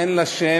אין לה שם,